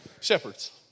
Shepherds